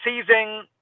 seizing